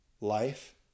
Life